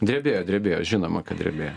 drebėjo drebėjo žinoma kad drebėjo